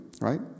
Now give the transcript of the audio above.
right